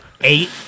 eight